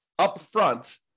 upfront